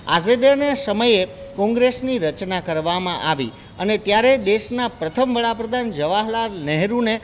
આઝાદીને સમયે કોંગ્રેસની રચના કરવામાં આવી અને ત્યારે દેશના પ્રથમ વડાપ્રધાન જવાહર લાલ નહેરુને